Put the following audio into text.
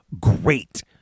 great